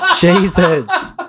Jesus